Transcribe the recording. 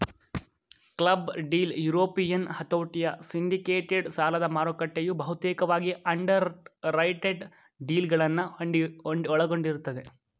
club deal European ಹತೋಟಿಯ syndicated ಸಾಲದಮಾರುಕಟ್ಟೆಯು ಬಹುತೇಕವಾಗಿ ಅಂಡರ್ರೈಟೆಡ್ ಡೀಲ್ಗಳನ್ನ ಒಳಗೊಂಡಿರುತ್ತೆ